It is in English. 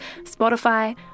Spotify